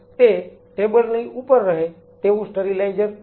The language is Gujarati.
તે ટેબલ ની ઉપર રહે તેવું સ્ટરીલાઈઝર શું છે